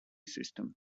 system